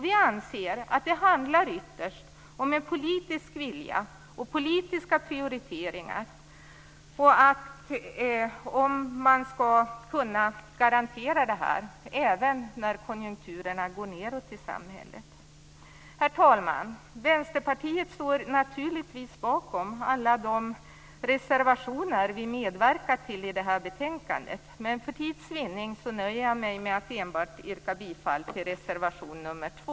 Vi anser att det ytterst handlar om en politisk vilja och politiska prioriteringar om man skall kunna garantera dessa rättigheter även när konjunkturerna går nedåt i samhället. Herr talman! Vänsterpartiet står naturligtvis bakom alla de reservationer som vi har medverkat till i betänkandet, men för tids vinning nöjer jag mig med att yrka bifall enbart till reservation nr 2.